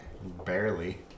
barely